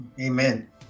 Amen